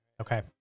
Okay